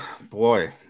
Boy